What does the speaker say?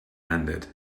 handed